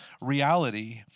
reality